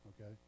okay